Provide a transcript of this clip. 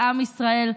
לעם ישראל.